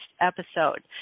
episode